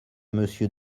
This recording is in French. monsieur